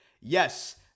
Yes